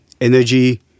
energy